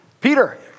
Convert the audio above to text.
Peter